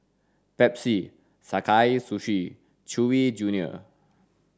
Pepsi Sakae Sushi and Chewy junior